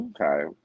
Okay